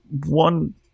one